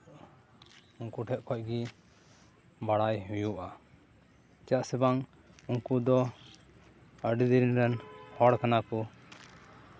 ᱩᱱᱠᱩ ᱴᱷᱮᱡ ᱠᱷᱚᱡ ᱜᱮ ᱵᱟᱲᱟᱭ ᱦᱩᱭᱩᱜᱼᱟ ᱪᱮᱫᱟᱜ ᱥᱮ ᱵᱟᱝ ᱩᱱᱠᱩ ᱫᱚ ᱟᱹᱰᱤ ᱫᱤᱱ ᱨᱮᱱ ᱦᱚᱲ ᱠᱟᱱᱟ ᱠᱚ